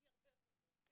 היא הרבה יותר מורכבת,